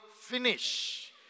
finish